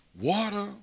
Water